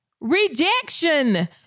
rejection